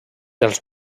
dels